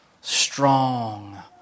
strong